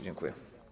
Dziękuję.